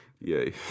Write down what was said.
Yay